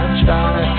try